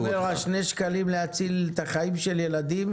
אתה אומר רק שני שקלים להציל את החיים של ילדים,